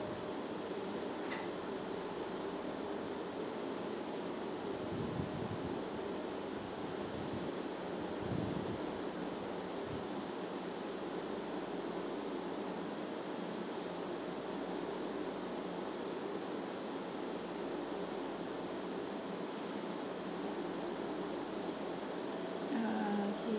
uh okay